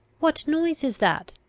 what noise is that?